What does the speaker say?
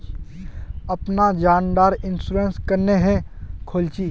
अपना जान डार इंश्योरेंस क्नेहे खोल छी?